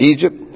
Egypt